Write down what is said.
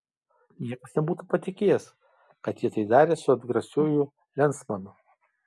niekas nebūtų patikėjęs kad ji tai darė su atgrasiuoju lensmanu